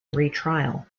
retrial